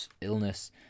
illness